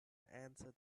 answer